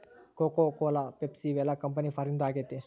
cocoa Cola Pepsi ಇವೆಲ್ಲ company ಫಾರಿನ್ದು ಆಗೈತೆ